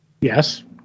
Yes